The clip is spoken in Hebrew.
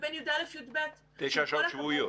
ובין י"א לי"ב -- תשעה שעות שבועיות?